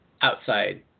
outside